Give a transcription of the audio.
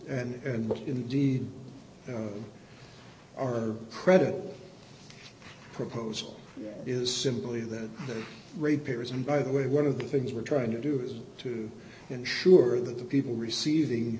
indeed our credit proposal is simply that the rate payers and by the way one of the things we're trying to do is to ensure that the people receiving